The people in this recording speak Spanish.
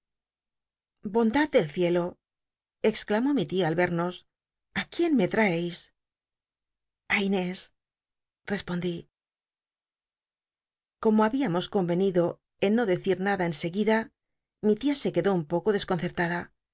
bondad del cielo exclamó mi tia al rernos i quién me tracis a inés respondí como habíamosconrcnido en no decir nada ensegu ida mi tia se quedó un poco dcsconccllada